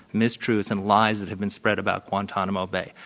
mistruths and lies that have been spread about guantanamo bay.